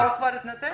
הוא כבר התנתק?